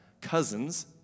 cousins